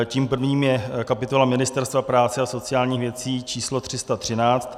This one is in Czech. Tím prvním je kapitola Ministerstva práce a sociálních věcí č. 313.